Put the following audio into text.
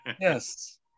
Yes